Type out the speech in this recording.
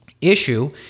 issue